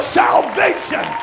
salvation